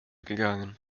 gegangen